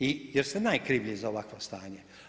I jer ste najkrivlji za ovakvo stanje.